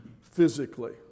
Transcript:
Physically